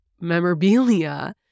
memorabilia